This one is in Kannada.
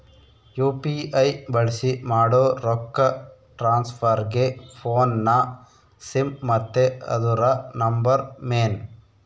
ಯು.ಪಿ.ಐ ಬಳ್ಸಿ ಮಾಡೋ ರೊಕ್ಕ ಟ್ರಾನ್ಸ್ಫರ್ಗೆ ಫೋನ್ನ ಸಿಮ್ ಮತ್ತೆ ಅದುರ ನಂಬರ್ ಮೇನ್